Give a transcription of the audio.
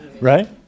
Right